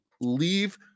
leave